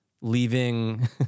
leaving